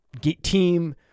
team